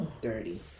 Dirty